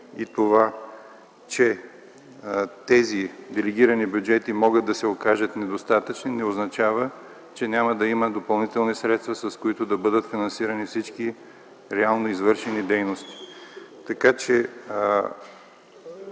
и това, че тези делегирани бюджети могат да се окажат недостатъчни, не означава, че няма да има допълнителни средства, с които да бъдат финансирани всички реално извършени дейности.